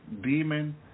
demon